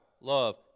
love